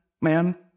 man